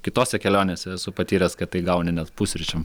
kitose kelionėse esu patyręs kad tai gauni net pusryčiam